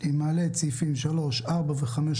אני מעלה להצבעה את סעיפים 3, 4, ו-5.